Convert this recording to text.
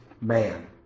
man